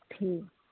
ਠੀਕ